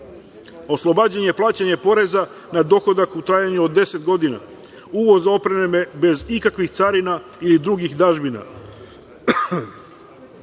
oslobađanje plaćanja poreza na dohodak u trajanju od deset godina, uvoz opreme bez ikakvih carina i drugih dažbina,